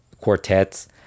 quartets